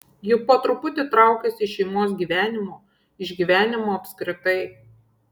ji po truputį traukėsi iš šeimos gyvenimo iš gyvenimo apskritai